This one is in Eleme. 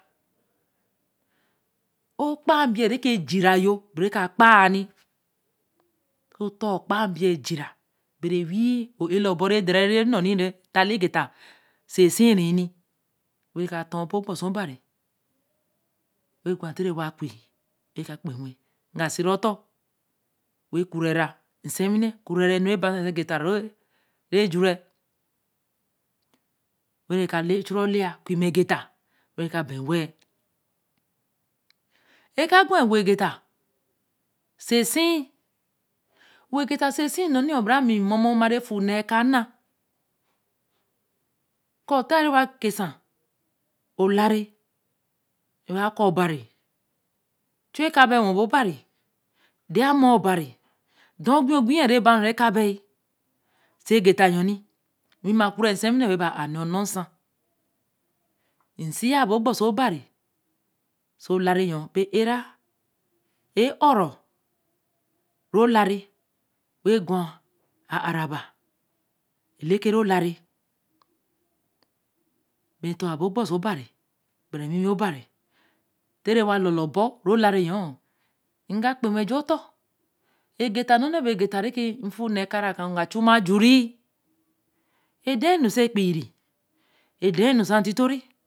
o kpaā nbiyen re jira yon ka kpaā ni, oso oton kpaā nbiyen ejira be re wá o elabore nu e haā leē ge ta oso sie, wen ka tor bo akpo si yen ai, wen gwa te reu kwi wen ka kpe wen ga si ra oton ku re nsiewine kure ra e nu re bar ru egeta re jor re, re ka chu re oleya kwi mme e ge ta, wen bar e we-l eka gwa e-é-wo egeta so síe ē-wo geta so sie nu ní bara mi mur mur ma re fu rie ba na, ko te wa ke ser olare re wa ka obarí chu e ka baí wen bo obarí, dan a nur obari, dan okpi okpí re bar ru eka baí oso ege ta yon ni, wi ma ku re sie wine wen a ne or nu nsan, nseiye bo kpo si obari, oso la ya yon e be era e ō-ro ru la re wen gwa a aā ra ba elekere olare bei tor bo kposie obari, ba ra ewiwi obari, te re wa lorlor bo re laye yonn ega kpe wenju oton ege ta nu ni yon be ge ta re ki fu neē ko nga chu ma jure, edaā nu se epeii re edaā nu sar ntitore